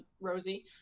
Rosie